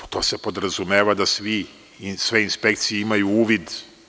To se podrazumeva da svi i sve inspekcije imaju uvid.